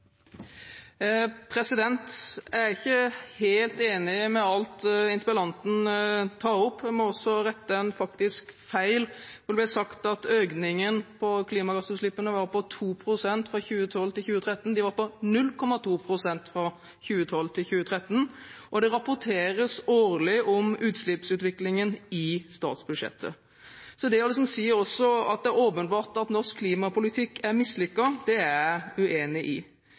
oss. Jeg er ikke helt enig i alt interpellanten tar opp. Jeg må også rette en faktisk feil. Det ble sagt at økningen i klimagassutslippene var på 2 pst. fra 2012 til 2013. Den var på 0,2 pst. fra 2012 til 2013. Det rapporteres årlig i statsbudsjettet om utslippsutviklingen. Det å si at det er åpenbart at norsk klimapolitikk er mislykket, er jeg uenig i.